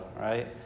right